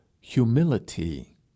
humility